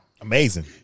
Amazing